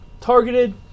targeted